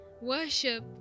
worship